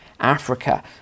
Africa